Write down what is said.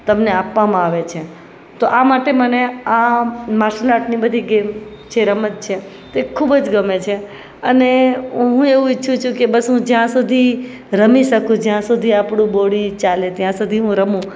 તમને આપવામાં આવે છે તો આ માટે મને આ માર્સલ આર્ટની બધી ગેમ છે રમત છે તે ખૂબ જ ગમે છે અને હું એવું ઈચ્છું કે બસ હું જ્યાં સુધી રમી શકું જ્યાં સુધી આપણું બોડી ચાલે ત્યાં સુધી હું રમું